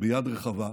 ביד רחבה.